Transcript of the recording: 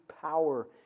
power